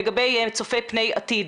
צופה פני העתיד.